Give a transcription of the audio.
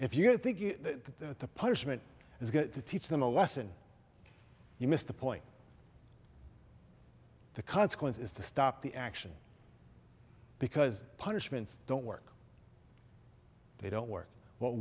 if you think that the punishment is going to teach them a lesson you missed the point the consequence is to stop the action because punishments don't work they don't work what